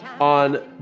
on